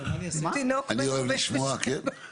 כפי שאנחנו התכוונו להתקין אותן שטח של מרפסת סוכה הוא לא שטח בעצם.